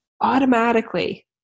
automatically